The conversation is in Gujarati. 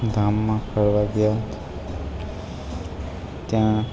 ગામમાં ફરવા ગયા ત્યાં